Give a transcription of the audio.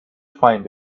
find